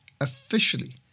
officially